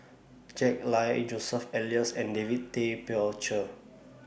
Jack Lai Joseph Elias and David Tay Poey Cher